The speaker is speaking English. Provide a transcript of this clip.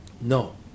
No